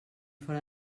fora